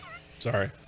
Sorry